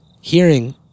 hearing